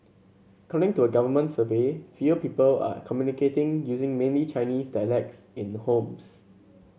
according to a government survey fewer people are communicating using mainly Chinese dialects in homes